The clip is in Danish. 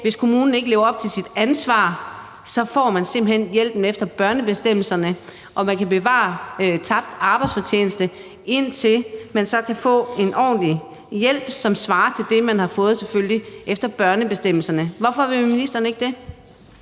hvis kommunen ikke lever op til sit ansvar, får man simpelt hen hjælpen efter børnebestemmelserne, og man kan bevare tabt arbejdsfortjeneste, indtil man så kan få en ordentlig hjælp, som selvfølgelig svarer til det, man har fået efter børnebestemmelserne. Hvorfor vil ministeren ikke det?